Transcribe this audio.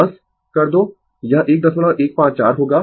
बस कर दो यह 1154 होगा